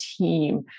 team